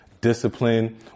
discipline